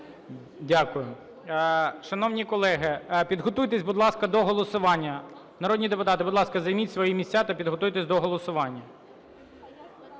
Дякую. Шановні колеги, підготуйтесь, будь ласка, до голосування. Народні депутати, будь ласка, займіть свої місця та підготуйтесь до голосування.